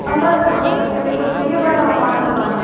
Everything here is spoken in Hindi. पंद्रह जनवरी को चाहिए मैडम हमारे को गाड़ी